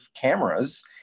cameras